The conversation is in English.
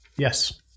Yes